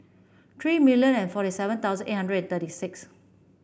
three million and forty seven thousand eight hundred and thirty six